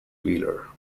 wheeler